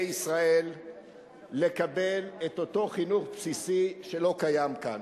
ישראל לקבל את אותו חינוך בסיסי שלא קיים כאן.